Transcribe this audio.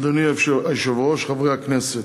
אדוני היושב-ראש, חברי הכנסת,